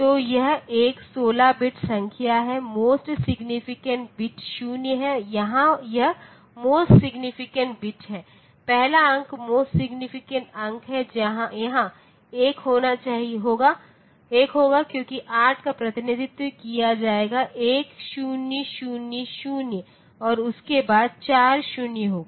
तो यह एक 16 बिट संख्या है मोस्ट सिग्नीफिकेंट बिट 0 है और यहां यह मोस्ट सिग्नीफिकेंट बिट है पहला अंक मोस्ट सिग्नीफिकेंट अंक है यहां 1 होगा क्योंकि 8 का प्रतिनिधित्व किया जाएगा 1000 और उसके बाद 4 शून्य होगा